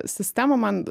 sistema man